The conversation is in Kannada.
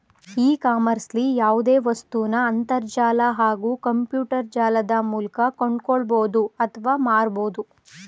ಇ ಕಾಮರ್ಸ್ಲಿ ಯಾವ್ದೆ ವಸ್ತುನ ಅಂತರ್ಜಾಲ ಹಾಗೂ ಕಂಪ್ಯೂಟರ್ಜಾಲದ ಮೂಲ್ಕ ಕೊಂಡ್ಕೊಳ್ಬೋದು ಅತ್ವ ಮಾರ್ಬೋದು